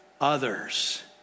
others